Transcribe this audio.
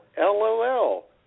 LOL